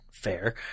fair